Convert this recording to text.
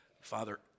Father